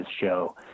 show